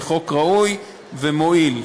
זה חוק ראוי ומועיל,